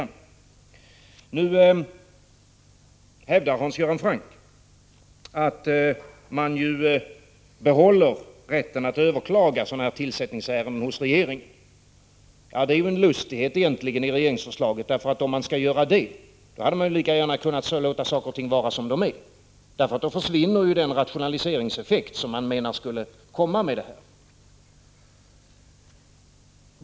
Nu hävdar Hans Göran Franck att rätten att överklaga sådana här tillsättningsärenden hos regeringen skall behållas. Det är egentligen en lustighet i regeringsförslaget. Om denna rätt skall finnas kvar, hade man lika gärna kunnat låta saker och ting vara som de är. Då försvinner ju den rationaliseringseffekt som man menar skall uppstå med regeringens förslag.